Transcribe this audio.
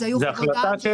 אז היו דיונים של